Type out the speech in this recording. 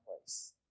place